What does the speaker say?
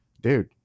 dude